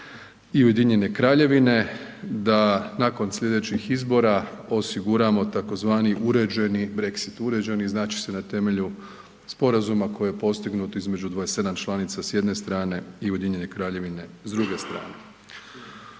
i Ujedinjene Kraljevine, da nakon slijedećih izbora osiguramo tzv. uređeni Brexit, uređeni značit će na temelju sporazuma koji je postignut između 27 članica s jedne strane i Ujedinjene Kraljevine s druge strane.